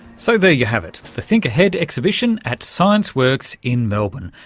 so there you have it, the think ahead exhibition at scienceworks in melbourne.